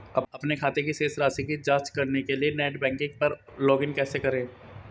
अपने खाते की शेष राशि की जांच करने के लिए नेट बैंकिंग पर लॉगइन कैसे करें?